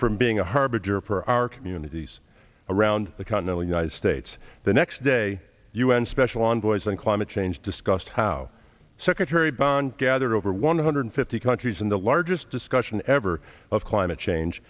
from being a harbinger for our communities around the continental united states the next day un special envoys on climate change discussed how secretary ban gathered over one hundred fifty countries in the largest discussion ever of climate change